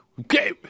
Okay